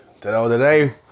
Today